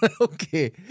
Okay